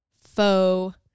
faux